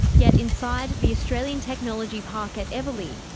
yet inside the australian technology park at eveleigh,